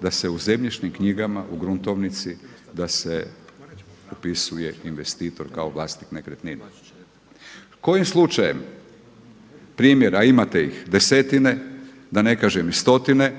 da se u zemljišnim knjigama, u gruntovnici da se upisuje investitor kao vlasnik nekretnine. Kojim slučajem, primjera imate ih desetine, da ne kažem i stotine,